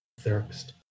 therapist